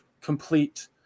complete